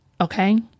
Okay